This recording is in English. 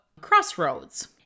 crossroads